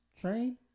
train